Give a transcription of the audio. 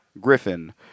Griffin